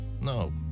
No